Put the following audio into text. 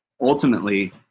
ultimately